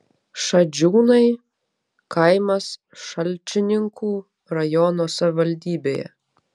šadžiūnai kaimas šalčininkų rajono savivaldybėje